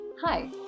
hi